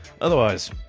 Otherwise